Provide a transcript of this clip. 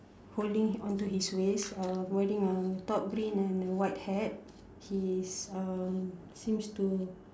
holding on to his waist or wearing a top green and a white hat his um seems to